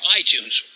iTunes